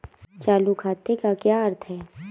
चालू खाते का क्या अर्थ है?